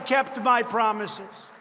kept my promises.